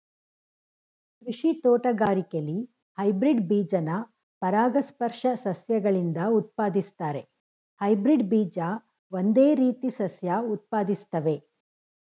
ಕೃಷಿ ತೋಟಗಾರಿಕೆಲಿ ಹೈಬ್ರಿಡ್ ಬೀಜನ ಪರಾಗಸ್ಪರ್ಶ ಸಸ್ಯಗಳಿಂದ ಉತ್ಪಾದಿಸ್ತಾರೆ ಹೈಬ್ರಿಡ್ ಬೀಜ ಒಂದೇ ರೀತಿ ಸಸ್ಯ ಉತ್ಪಾದಿಸ್ತವೆ